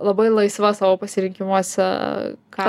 labai laisva savo pasirinkimuose ką